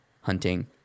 hunting